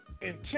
intent